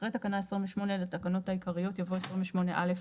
אחרי תקנה 28 לתקנות העיקריות יבוא: (28א).